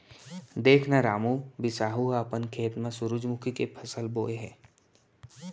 देख न रामू, बिसाहू ह अपन खेत म सुरूजमुखी के फसल बोय हे